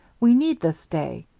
we need this day.